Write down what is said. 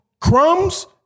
crumbs